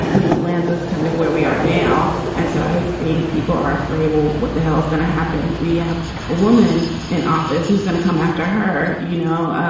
and you know, lanzas kind of where we are now. and so i think people are afraid, well, what the hell is going to happen if we have a woman in office who's going to come after her? you know,